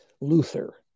Luther